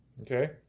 okay